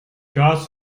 das